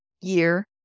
year